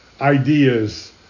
ideas